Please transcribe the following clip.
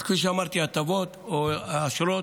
כפי שאמרתי, לגבי הטבות או אשרות,